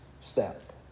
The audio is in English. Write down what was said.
step